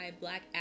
black